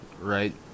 right